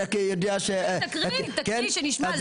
תקריא! תקריא שנשמע.